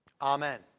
Amen